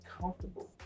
comfortable